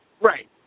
Right